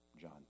John